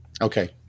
Okay